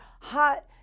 hot